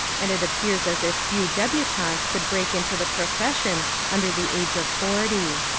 and it appears as if few debutantes could break into the profession under the age of forty.